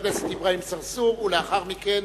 לחבר הכנסת אברהים צרצור, ולאחר מכן,